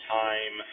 time